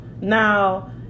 Now